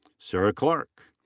sarah clark.